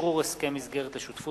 לקריאה ראשונה,